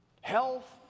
health